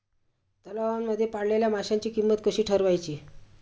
तलावांमध्ये पाळलेल्या माशांची किंमत कशी ठरवायची?